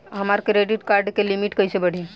हमार credit card के limit कइसे बढ़ी?